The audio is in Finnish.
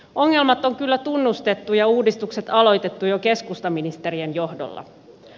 ongelmat on kyllä tunnustettu ja uudistukset aloitettu jo keskustaministerien johdolla